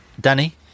Danny